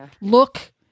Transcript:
look